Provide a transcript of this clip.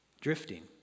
Drifting